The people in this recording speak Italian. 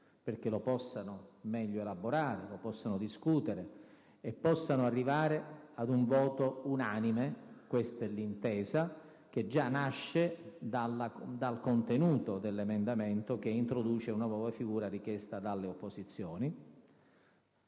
Commissioni perché lo possano discutere e possano arrivare ad un voto unanime. Questa è l'intesa che già nasce dal contenuto dell'emendamento, che introduce una nuova figura richiesta dalle opposizioni;